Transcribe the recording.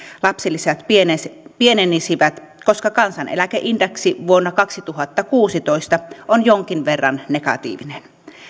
lapsilisät pienenisivät pienenisivät koska kansaneläkeindeksi vuonna kaksituhattakuusitoista on jonkin verran negatiivinen